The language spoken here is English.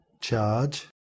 charge